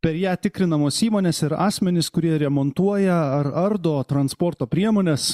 per ją tikrinamos įmonės ir asmenys kurie remontuoja ar ardo transporto priemones